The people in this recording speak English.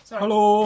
Hello